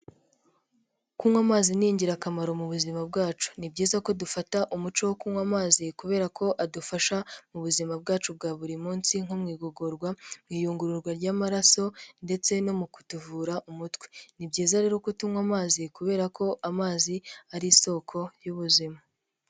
Kunywa amazi ni ingirakamaro mu buzima bwacu, ni byiza ko dufata umuco wo kunywa amazi kubera ko adufasha mu buzima bwacu bwa buri munsi nko mu igogorwa, mu iyungururwa ry'amaraso ndetse no mu kutuvura umutwe, ni byiza rero ko tunywa amazi kubera ko amazi ari isoko y'ubuzima.